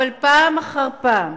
אבל פעם אחר פעם,